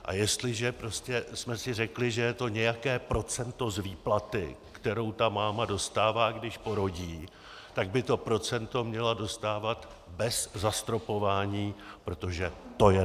A jestliže jsme si řekli, že je to nějaké procento z výplaty, kterou ta máma dostává, když porodí, tak by to procento měla dostávat bez zastropování, protože to je nefér.